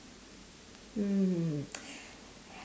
mm